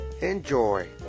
Enjoy